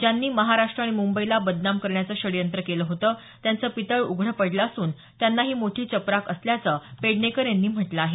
ज्यांनी महाराष्ट्र आणि मुंबईला बदनाम करण्याच षडयंत्र केलं होतं त्यांचं पितळ उघडं पडलं असून त्यांना ही मोठी चपराक असल्याचं पेडणेकर यांनी म्हटलं आहे